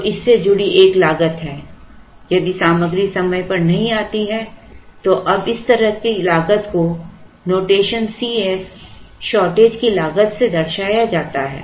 तो इससे जुड़ी एक लागत है यदि सामग्री समय पर नहीं आती है तो अब इस तरह की लागत को नोटेशन C s शॉर्टेज की लागत से दर्शाया जाता है